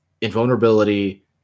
invulnerability